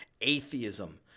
atheism